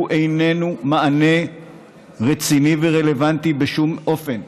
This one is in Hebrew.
איננו מענה רציני ורלוונטי בשום אופן.